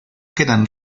quedan